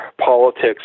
politics